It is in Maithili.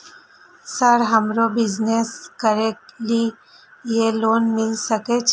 सर हमरो बिजनेस करके ली ये लोन मिल सके छे?